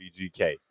BGK